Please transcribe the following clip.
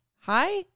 hi